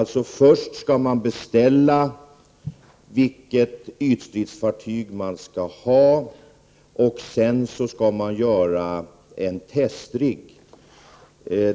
Först skall man alltså beställa det ytstridsfartyg man skall ha, och sedan skall man göra en testrigg.